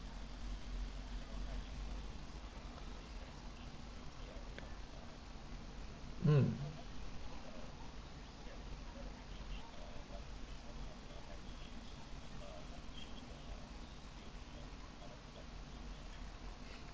mm